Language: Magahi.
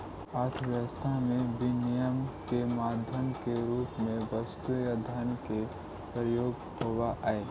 अर्थव्यवस्था में विनिमय के माध्यम के रूप में वस्तु या धन के प्रयोग होवऽ हई